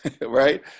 right